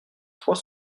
trois